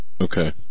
Okay